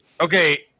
Okay